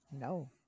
no